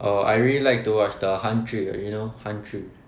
uh I really like to watch the 韩剧 like you know 韩剧